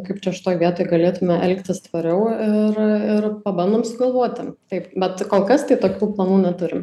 kaip čia šitoj vietoj galėtume elgtis tvariau ir ir pabandom sugalvoti taip bet kol kas tai tokių planų neturim